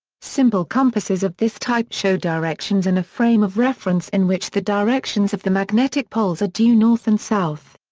simple compasses of this type show directions in a frame of reference in which the directions of the magnetic poles are due north and south.